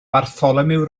bartholomew